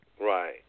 right